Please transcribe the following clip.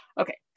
Okay